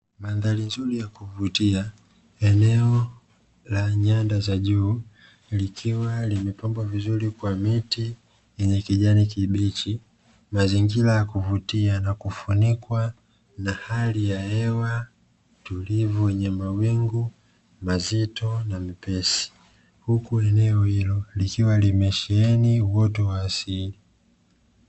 Mandhari nzuri ya kuvutia, eneo la nyanda za juu, likiwa limepambwa vizuri kwa miti yenye kijani kibichi, mazingira ya kuvutia na kufunikwa na hali ya hewa tulivu yenye mawingu mazito na mepesi, huku eneo hilo likiwa limesheheni uoto wa asili.